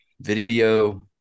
video